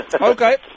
Okay